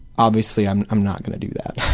obviously i'm i'm not going to do that.